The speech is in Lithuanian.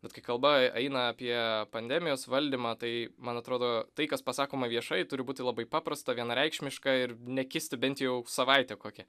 bet kai kalba eina apie pandemijos valdymą tai man atrodo tai kas pasakoma viešai turi būti labai paprasta vienareikšmiška ir nekisti bent jau savaitę kokią